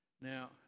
Now